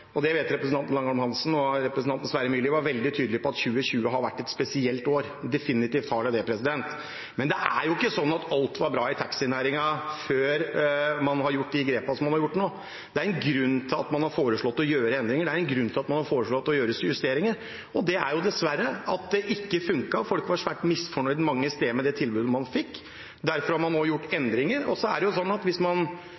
og det vet også representanten Langholm Hansen, at 2020 definitivt har vært et spesielt år. Men ikke alt var bra i taxinæringen før man gjorde de grepene man har gjort nå. Det er en grunn til at man har foreslått å gjøre endringer og justeringer, og det er at dette dessverre ikke funket. Folk var mange steder svært misfornøyd med det tilbudet man fikk, og derfor har man nå gjort